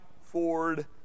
Ford